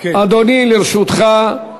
אדוני, לרשותך.